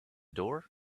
door